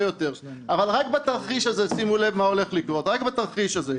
יותר אבל שימו לב מה הולך לקרות רק בתרחיש הזה: